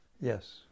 yes